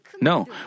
No